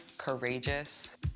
courageous